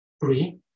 three